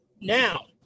Now